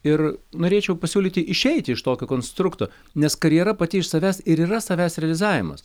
ir norėčiau pasiūlyti išeiti iš tokio konstrukto nes karjera pati iš savęs ir yra savęs realizavimas